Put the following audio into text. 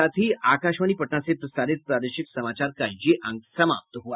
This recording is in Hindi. इसके साथ ही आकाशवाणी पटना से प्रसारित प्रादेशिक समाचार का ये अंक समाप्त हुआ